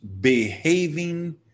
behaving